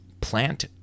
plant